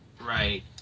Right